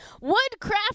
Woodcraft